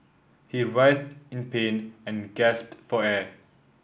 he writhed in pain and gasped for air